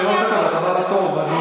ב-56% עלתה החיטה בעולם.